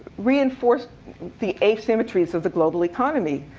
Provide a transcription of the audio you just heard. reinforced the asymmetries of the global economy,